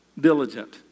Diligent